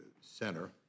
center